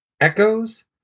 echoes